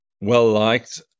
well-liked